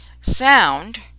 sound